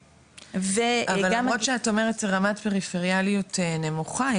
אבל למרות שאת אומרת רמת פריפריאליות נמוכה,